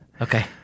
Okay